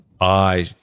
I-